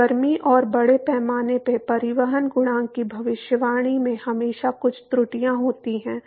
तो गर्मी और बड़े पैमाने पर परिवहन गुणांक की भविष्यवाणी में हमेशा कुछ त्रुटियां होती हैं